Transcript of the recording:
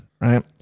right